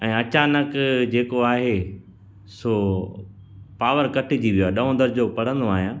ऐं अचानक जेको आहे सो पावर कटिजी वियो आहे ॾहों दर्जो पढ़ंदो आहियां